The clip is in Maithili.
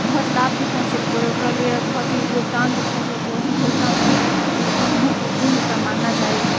बहुत लाभ भी पहुँचेलकै रहो ओकरा लिए बहुत ही योगदान देलकै ओकरो सफलतामे जकराके ओकरा लए बहुत महत्वपूर्ण ओकरा मानना चाही रहै